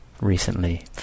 recently